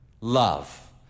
love